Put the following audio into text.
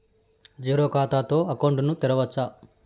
Zero ఖాతా తో account ను తెరవచ్చా?